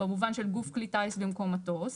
במובן של גוף כלי טיס במקום מטוס.